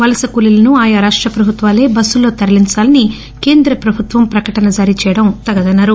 వలస కూలీలను ఆయా రాష్ట ప్రభుత్వాలే బస్సులలో తరలించాలని కేంద్ర ప్రభుత్వం ప్రకటన జారీ చేయడం తగదన్నారు